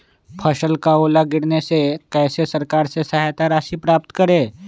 फसल का ओला गिरने से कैसे सरकार से सहायता राशि प्राप्त करें?